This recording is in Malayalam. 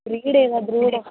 ബ്രീഡ് ഏതാണ് ബ്രീഡ്